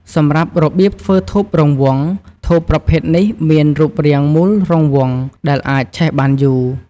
សម្រាប់ របៀបធ្វើធូបរង្វង់ ធូបប្រភេទនេះមានរូបរាងមូលរង្វង់ ដែលអាចឆេះបានយូរ។